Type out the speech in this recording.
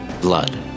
Blood